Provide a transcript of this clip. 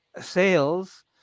sales